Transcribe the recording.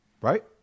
right